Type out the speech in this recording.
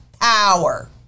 power